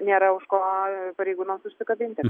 nėra už ko pareigūnams užsikabinti